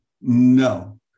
No